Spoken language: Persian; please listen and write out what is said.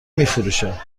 میفروشه